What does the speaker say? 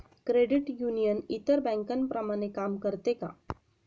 Credit union इतर बँकांप्रमाणे काम करते का?